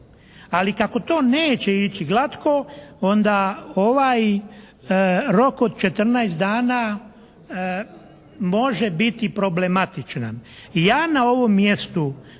Ali kako to neće ići glatko onda ovaj rok od 14 dana može biti problematičan. Ja na ovom mjestu